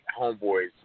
homeboys